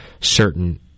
certain